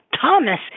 Thomas